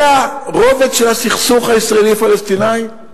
זה הרובד של הסכסוך הישראלי-פלסטיני?